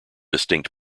distinct